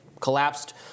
collapsed